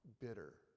bitter